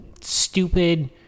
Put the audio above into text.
stupid